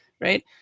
Right